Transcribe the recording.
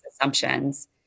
assumptions